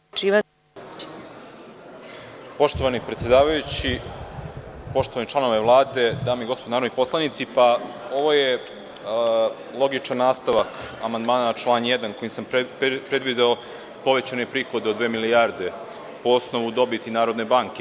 Poštovani predsedavajući, članovi Vlade, dame i gospodo narodni poslanici, ovo je logičan nastavak amandmana na član 1. kojim sam predvideo povećane prihode od dve milijarde po osnovu dobiti Narodne banke.